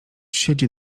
siedzi